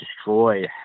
destroy